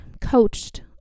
coached